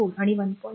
4 आणि 1